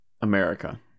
america